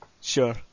sure